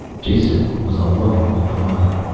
jason was alone with the money.